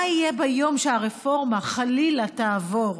מה יהיה ביום שהרפורמה חלילה תעבור.